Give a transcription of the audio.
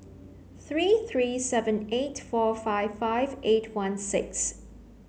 three three seven eight four five five eight one six